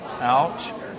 Out